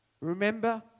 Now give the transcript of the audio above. Remember